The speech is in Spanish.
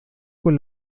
con